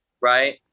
right